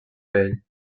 pell